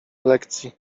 lekcji